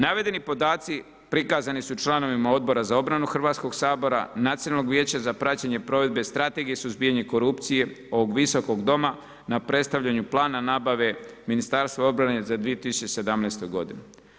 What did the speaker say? Navedeni podaci prikazani su članovima Odbora za obranu Hrvatskog sabora, Nacionalnog vijeća za praćenje provedbe strategije i suzbijanje korupcije ovog visokog Doma, na predstavljanju plana nabave Ministarstva obrane za 2017. godinu.